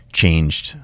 changed